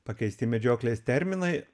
pakeisti medžioklės terminai